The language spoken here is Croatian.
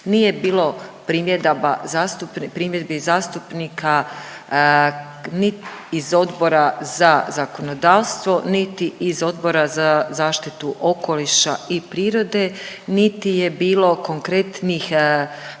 primjedaba, primjedbi zastupnika ni iz Odbora za zakonodavstvo niti iz Odbora za zaštitu okoliša i prirode niti je bilo konkretnih